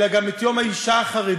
אלא גם את יום האישה החרדית,